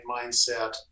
mindset